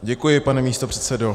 Děkuji, pane místopředsedo.